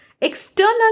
external